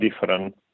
different